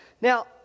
Now